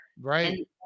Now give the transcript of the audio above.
Right